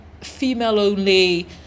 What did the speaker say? female-only